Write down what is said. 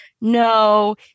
no